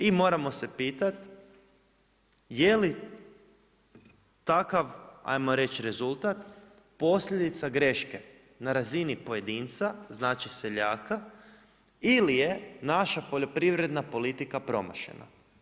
I moramo se pitati jeli takav ajmo reć rezultat posljedica greške na razini pojedinca, znači seljaka ili je naša poljoprivredna politika promašena.